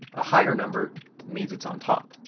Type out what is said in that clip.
a higher number means it's on top.